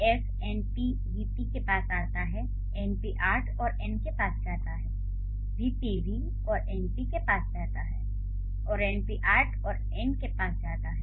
S NP VP के पास जाता है NP आर्ट और N के पास जाता है VP V और NP के पास जाता है और NP आर्ट और N के पास जाता है